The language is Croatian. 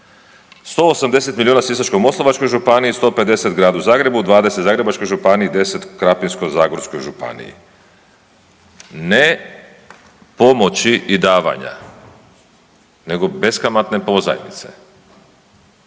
180 milijuna Sisačko-moslavačkoj županiji, 150 Gradu Zagrebu, 20 Zagrebačkoj županiji i 10 Krapinsko-zagorskoj županiji ne pomoći i davanja nego beskamatne pozajmice.